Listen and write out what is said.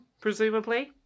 presumably